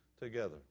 together